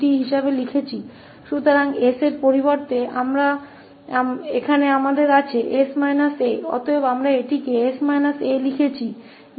तो इसके बजाय 𝑠 है यहाँ हमारे पास 𝑠 − 𝑎 है इसलिए हमने इसे 𝐹𝑠 a के रूप में लिखा है